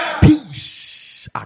Peace